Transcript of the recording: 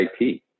IP